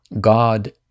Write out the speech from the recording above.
God